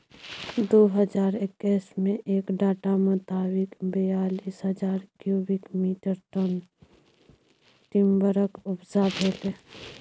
दु हजार एक्कैस मे एक डाटा मोताबिक बीयालीस हजार क्युबिक मीटर टन टिंबरक उपजा भेलै